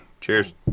Cheers